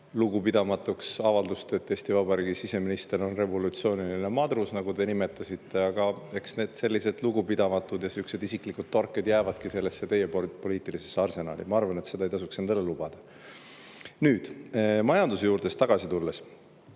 lugupidamatuks avaldust, et Eesti Vabariigi siseminister on revolutsiooniline madrus, nagu te nimetasite, aga eks sellised lugupidamatud ja isiklikud torked jäävadki teie poliitilisse arsenali. Ma arvan, et seda ei tasuks endale lubada. Nüüd tulen majanduse juurde tagasi ja